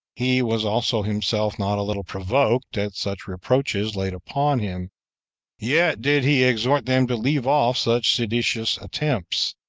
he was also himself not a little provoked at such reproaches laid upon him yet did he exhort them to leave off such seditious attempts,